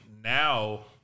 now